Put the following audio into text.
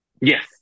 yes